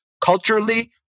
culturally